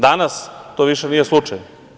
Danas to više nije slučaj.